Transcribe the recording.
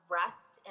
rest